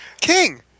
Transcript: King